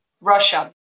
Russia